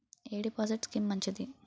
ఎ deposit scheme మంచిది?